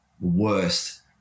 worst